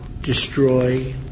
destroy